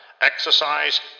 Exercise